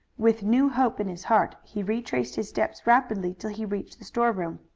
with new hope in his heart he retraced his steps rapidly till he reached the storeroom.